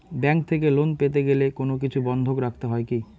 Bank থেকে loan পেতে গেলে কোনো কিছু বন্ধক রাখতে হয় কি?